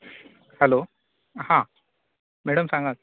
hello हां madam सांगात